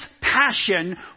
passion